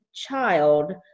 child